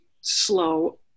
slow